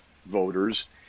Voters